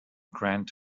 grand